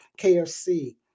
KFC